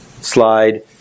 slide